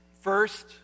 First